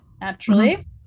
naturally